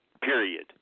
Period